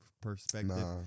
perspective